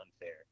unfair